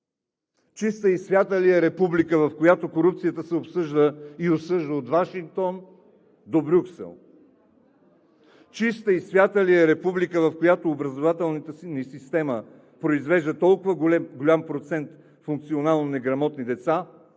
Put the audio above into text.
Чиста и свята ли е република, в която корупцията се обсъжда и осъжда от Вашингтон до Брюксел?! Чиста и свята ли е република, в която образователната ни система произвежда толкова голям процент функционално неграмотни деца,